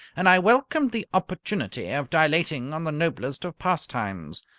and i welcomed the opportunity of dilating on the noblest of pastimes.